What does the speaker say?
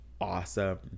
awesome